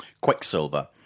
Quicksilver